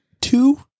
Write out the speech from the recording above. Two